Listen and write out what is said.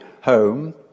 home